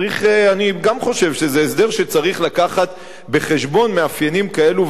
אני גם חושב שזה הסדר שצריך להביא בחשבון מאפיינים כאלו ואחרים,